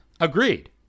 Agreed